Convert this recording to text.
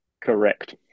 Correct